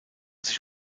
sich